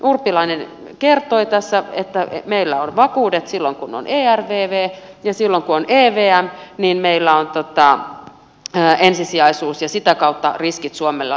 urpilainen kertoi tässä että meillä on vakuudet silloin kun on ervv ja silloin kun on evm meillä on ensisijaisuus ja sitä kautta riskit suomelle ovat vähempiä